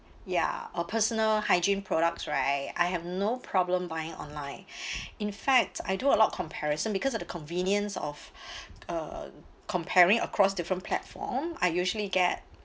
ya or personal hygiene products right I have no problem buying online in fact I do a lot of comparison because of the convenience of uh comparing across different platform I usually get